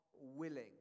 willing